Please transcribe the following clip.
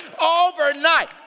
Overnight